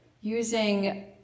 using